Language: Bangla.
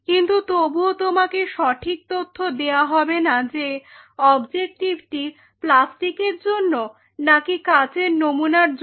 কিন্তু তবুও তোমাকে সঠিক তথ্য দেয়া হবে না যে অবজেক্টিভিটি প্লাস্টিকের জন্য নাকি কাচের নমুনার জন্য